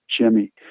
Jimmy